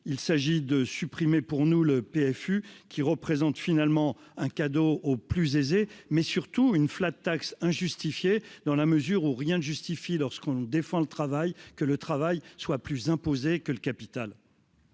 il s'agit de supprimer pour nous le PF U qui représente finalement un cadeau aux plus aisés, mais surtout une flat tax injustifiée dans la mesure où rien ne justifie lorsqu'on défend le travail que le travail soit plus imposé que le capital.